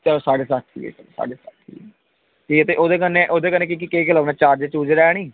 चलो साड्ढे सत्त ठीक ऐ साड्ढे सत्त ठीक ऐ ठीक ऐ ते ओह्दे कन्नै ओह्दे कन्नै केह् केह् लब्भना चार्जर चुर्जर ऐ नी